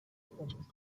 établi